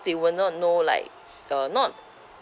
they will not know like uh not